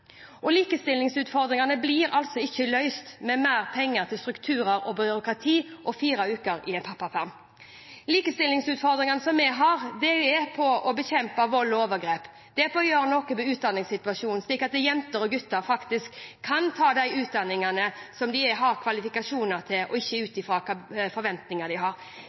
og likestillingsutfordringene blir altså ikke løst med mer penger til strukturer og byråkrati og fire ukers pappaperm. Likestillingsutfordringene vi har, er å bekjempe vold og overgrep. De er å gjøre noe med utdanningssituasjonen, slik at jenter og gutter faktisk kan ta de utdanningene som de har kvalifikasjoner til, og ikke ut fra hvilke forventninger de har.